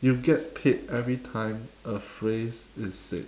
you get paid every time a phrase is said